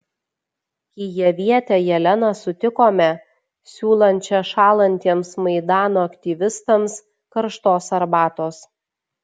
kijevietę jeleną sutikome siūlančią šąlantiems maidano aktyvistams karštos arbatos